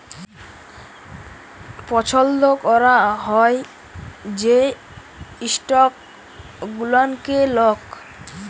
পছল্দ ক্যরা হ্যয় যে ইস্টক গুলানকে লক